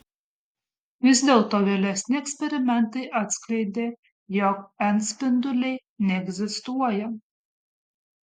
vis dėlto vėlesni eksperimentai atskleidė jog n spinduliai neegzistuoja